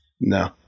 No